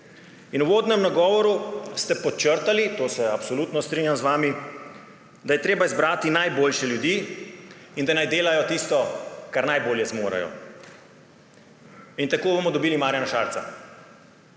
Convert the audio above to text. In v uvodnem nagovoru ste podčrtali – o tem se absolutno strinjam z vami −, da je treba izbrati najboljše ljudi in da naj delajo tisto, kar najbolje zmorejo. In tako bomo dobili Marjana Šarca